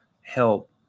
help